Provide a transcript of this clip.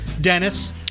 Dennis